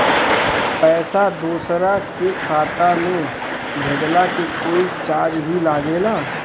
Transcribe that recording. पैसा दोसरा के खाता मे भेजला के कोई चार्ज भी लागेला?